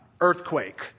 earthquake